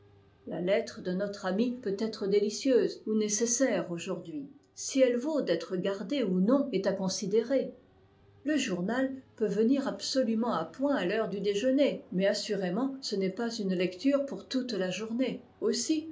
la lettre de notre ami peut être délicieuse ou nécessaire aujourd'hui si elle vaut d'être gardée ou non est à considérer le journal peut venir absolument à point à l'heure du déjeuner mais assurément ce n'est pas une lecture pour toute la journée aussi